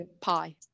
pie